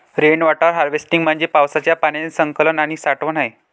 rain water harvesting म्हणजे पावसाच्या पाण्याचे संकलन आणि साठवण आहे